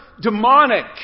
demonic